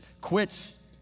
quits